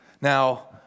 Now